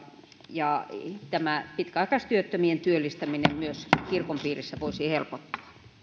ja tämä pitkäaikaistyöttömien työllistäminen myös kirkon piirissä voisi helpottua